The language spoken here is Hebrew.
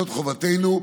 זאת חובתנו.